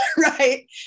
Right